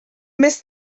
miss